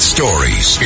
Stories